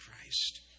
Christ